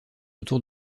autour